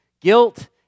Guilt